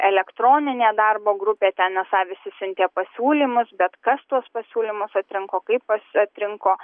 elektroninė darbo grupė ten esą visi siuntė pasiūlymus bet kas tuos pasiūlymus atrinko kaip pas atrinko